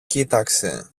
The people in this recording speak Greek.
κοίταξε